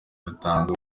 atanga